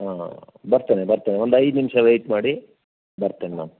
ಹಾಂ ಹಾಂ ಬರ್ತೇನೆ ಬರ್ತೇನೆ ಒಂದು ಐದು ನಿಮಿಷ ವೇಯ್ಟ್ ಮಾಡಿ ಬರ್ತೇನೆ ನಾನು